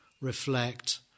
reflect